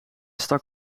stak